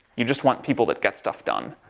you just want people that get stuff done.